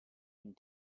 and